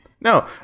No